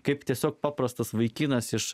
kaip tiesiog paprastas vaikinas iš